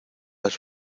has